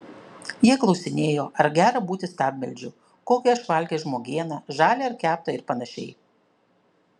jie klausinėjo ar gera būti stabmeldžiu kokią aš valgęs žmogieną žalią ar keptą ir panašiai